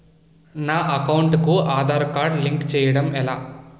నా అకౌంట్ కు Aadhaar card link చేయడం ఎలా?